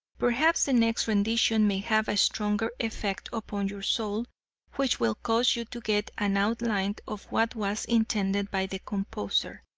perhaps the next rendition may have a stronger effect upon your soul which will cause you to get an outline of what was intended by the composer.